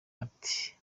ati